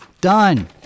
Done